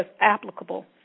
applicable